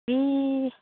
ए